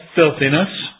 filthiness